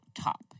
top